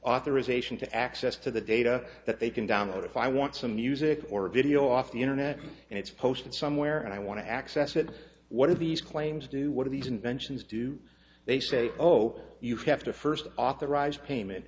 authorization to access to the data that they can download if i want some music or video off the internet and it's posted somewhere and i want to access it what are these claims do what are these inventions do they say oh you have to first authorize payment